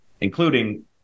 including